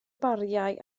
bariau